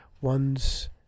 one's